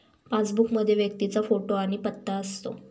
passbook मध्ये व्यक्तीचा photo आणि पत्ता असतो